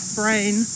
brain